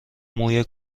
موی